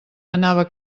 anava